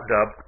Dub